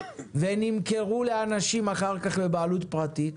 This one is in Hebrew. נמכרו לאנשים אחר כך לבעלות פרטית,